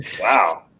Wow